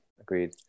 Agreed